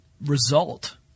result